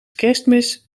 kerstmis